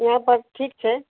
यहाँपर ठीक छै